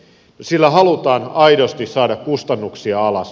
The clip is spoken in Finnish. sillä halutaan aidosti saada kustannuksia alas